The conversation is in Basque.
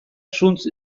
zuntz